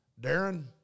Darren